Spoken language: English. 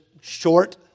short